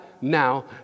now